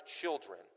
children